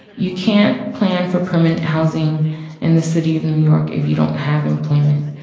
you can't plan for permanent housing in the city of new york if you don't have employment.